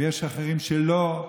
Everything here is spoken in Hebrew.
ויש אחרים שלא.